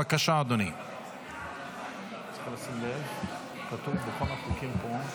בבקשה, עשר דקות לרשותך, אדוני.